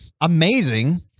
amazing